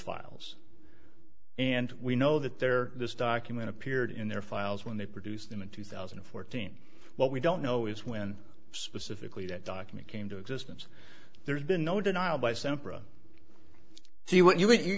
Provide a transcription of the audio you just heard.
files and we know that there this document appeared in their files when they produced them in two thousand and fourteen what we don't know is when specifically that document came to existence there's been no denial by sempra so you want you want you